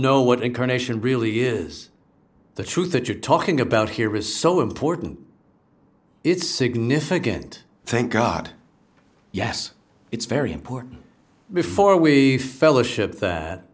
know what incarnation really years the truth that you're talking about here is so important it's significant thank god yes it's very important before we fellowship that